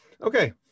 Okay